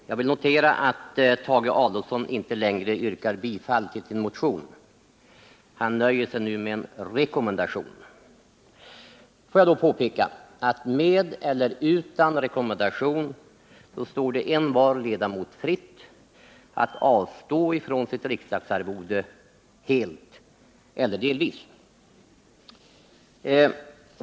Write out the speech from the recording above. Herr talman! Jag noterar att Tage Adolfsson inte längre yrkar bifall till sin motion. Han nöjer sig nu med en rekommendation. Får jag då påpeka att med eller utan rekommendation står det envar ledamot fritt att avstå från sitt riksdagsarvode helt eller delvis.